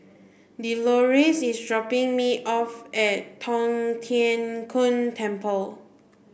Delores is dropping me off at Tong Tien Kung Temple